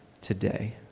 today